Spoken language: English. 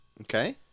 Okay